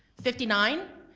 fifty nine,